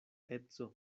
edzo